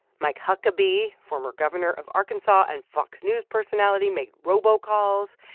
mike huckabee, former governor of arkansas and fox news personality, made robocalls.